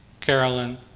Carolyn